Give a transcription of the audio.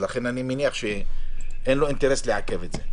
אני מניח שאין לו אינטרס לעכב את זה.